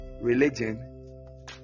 religion